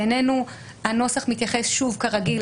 בעינינו הנוסח מתייחס כרגיל